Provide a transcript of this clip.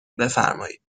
بفرمایید